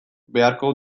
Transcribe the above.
beharko